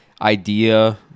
idea